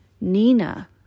Nina